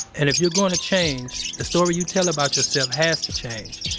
and, if you're going to change, the story you tell about yourself has to change,